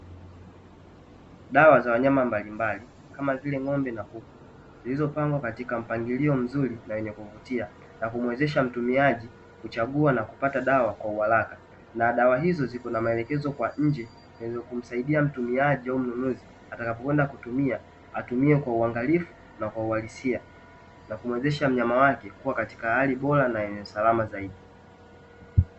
Dawa za wanyama mbalimbali kama zile ng’ombe na kuku, zilizopangwa katika mpangilio mzuri na wenye kuvutia, na kumwezesha mtumiaji kuchagua na kupata dawa kwa uharaka, na dawa hizo ziko na maelekezo kwa nje zilizokumsaidia mtumiaji au mnunuzi atakapokwenda kutumia atumie kwa uangalifu na kwa uhalisia, na kumwezesha mnyama wake kuwa katika hali bora na yenye usalama zaidi.